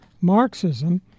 Marxism